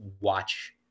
watch